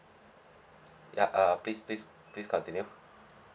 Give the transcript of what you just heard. yeah uh please please please continue